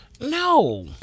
No